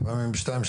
לפעמים ב-2:00,